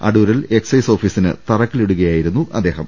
അടൂരിൽ എക്സൈസ് ഓഫീസിന് തറക്കല്ലിടുകയായിരുന്നു അദ്ദേഹം